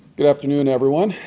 good afternoon, everyone.